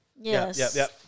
yes